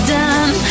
done